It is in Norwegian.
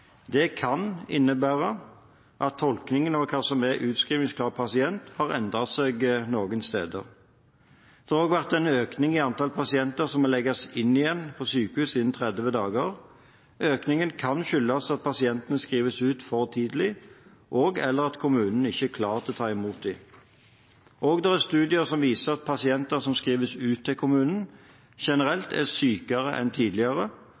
Det kan innebære at tolkningen av hva som er en utskrivningsklar pasient, har endret seg noen steder. Det har også vært en økning i antall pasienter som må legges inn igjen på sykehus innen 30 dager. Økningen kan skyldes at pasientene skrives ut for tidlig og/eller at kommunene ikke er klare til å ta imot dem. Det er også studier som viser at pasienter som skrives ut til kommunene, generelt er sykere enn tidligere,